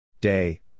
Day